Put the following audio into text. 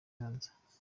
ibanza